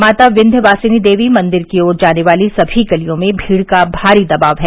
माता विस्यवासिनी देवी मंदिर की ओर जाने वाली सभी गलियों में भीड़ का भारी दबाव है